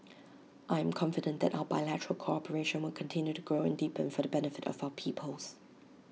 I am confident that our bilateral cooperation will continue to grow and deepen for the benefit of our peoples